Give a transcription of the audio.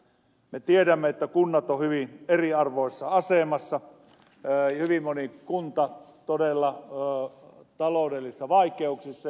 me tiedämme että kunnat ovat hyvin eriarvoisessa asemassa ja hyvin moni kunta todella taloudellisissa vaikeuksissa